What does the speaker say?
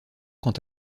quant